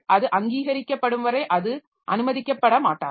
அது அங்கீகரிக்கப்படும் வரை அது அனுமதிக்கப்படமாட்டாது